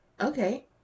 Okay